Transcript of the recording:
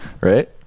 Right